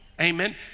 Amen